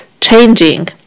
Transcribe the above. changing